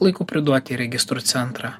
laiku priduot į registrų centrą